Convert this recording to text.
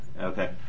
Okay